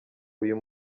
uyu